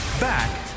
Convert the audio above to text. Back